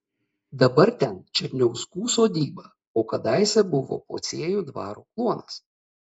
dabar ten černiauskų sodyba o kadaise buvo pociejų dvaro kluonas